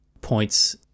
points